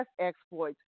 exploits